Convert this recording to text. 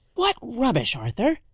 what rubbish, arthur!